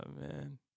man